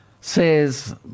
says